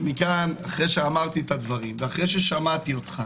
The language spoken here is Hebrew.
אחרי שאמרתי את הדברים וששמעתי אותך